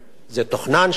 זה תוכנן שם,